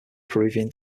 peruvian